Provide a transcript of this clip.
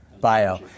Bio